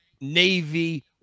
Navy